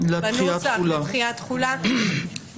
בנוסח עם דחיית תחולה,